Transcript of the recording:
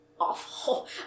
awful